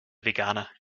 veganer